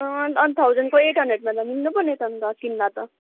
one थाउजनको eight हन्ड्रेडमा त मिल्नुपर्ने अन्त किन्दा त